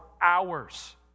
hours